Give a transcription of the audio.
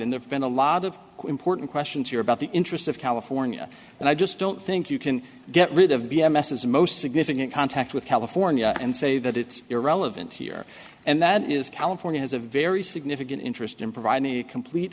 and there's been a lot of important questions here about the interest of california and i just don't think you can get rid of b m s is the most significant contact with california and say that it's irrelevant here and that is california has a very significant interest in providing a complete